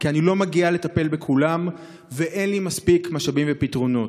כי אני לא מגיעה לטפל בכולם ואין לי מספיק משאבים ופתרונות.